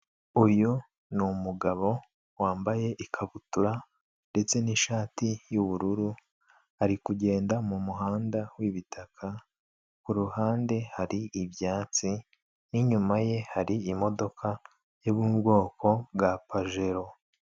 Uyu ni umugabo wambaye ikabutura ndetse n'ishati y'ubururu ari kugenda mu muhanda w'ibitaka ku ruhande hari ibyatsi, n'inyuma ye hari imodoka y'ubwoko bwa pajero.